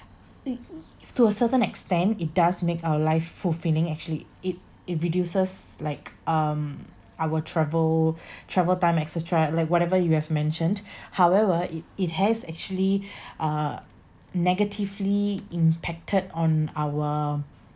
to a certain extent it does make our life fulfilling actually it it reduces like um our travel travel time et cetera like whatever you have mentioned however it it has actually uh negatively impacted on our